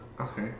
Okay